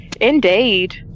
Indeed